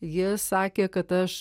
ji sakė kad aš